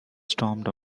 stormed